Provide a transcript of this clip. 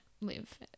live